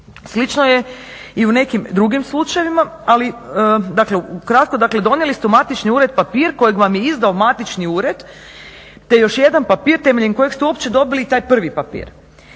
Slično je i u nekim drugim slučajevima ali dakle ukratko, dakle donijeli ste u matični ured papir kojeg vam je izdao matični ured te još jedan papir temeljem kojeg ste uopće dobili taj prvi papir.